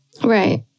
Right